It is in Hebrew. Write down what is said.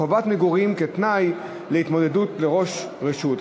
חובת מגורים כתנאי להתמודדות לראש ראשות),